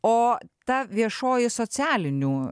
o ta viešoji socialinių